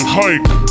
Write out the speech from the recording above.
hike